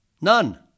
none